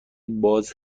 باز